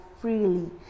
freely